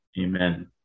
amen